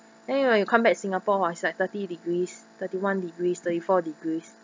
then when you come back singapore !wah! is like thirty degrees thirty one degrees thirty four degrees